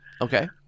Okay